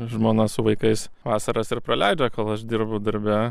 žmona su vaikais vasaras ir praleidžia kol aš dirbu darbe